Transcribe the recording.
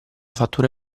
fattura